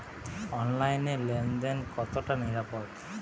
অনলাইনে লেন দেন কতটা নিরাপদ?